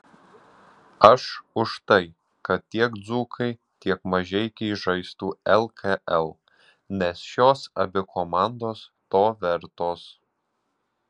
aš už tai kad tiek dzūkai tiek mažeikiai žaistų lkl nes šios abi komandos to vertos